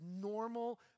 normal